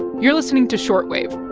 you're listening to short wave